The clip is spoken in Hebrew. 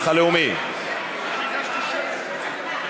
אני ביקשתי שמית.